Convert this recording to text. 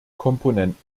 komponenten